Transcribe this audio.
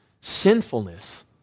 sinfulness